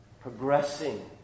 progressing